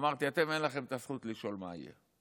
אמרתי: אתם אין לכם את הזכות לשאול מה יהיה,